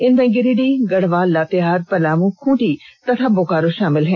इनमें गिरिडीह गढ़वा लातेहार पलामू खूंटी तथा बोकारो शामिल हैं